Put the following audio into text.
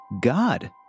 God